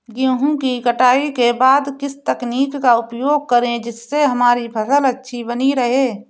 गेहूँ की कटाई के बाद किस तकनीक का उपयोग करें जिससे हमारी फसल अच्छी बनी रहे?